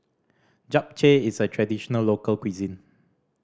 japchae is a traditional local cuisine